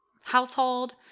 household